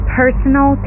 personal